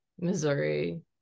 Missouri